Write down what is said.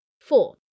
Four